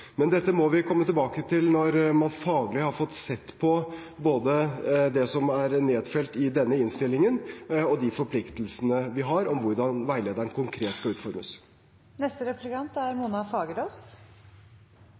Men dette må vi komme tilbake til når man faglig har fått sett på både det som er nedfelt i denne innstillingen, og de forpliktelsene vi har, hvordan veilederen konkret skal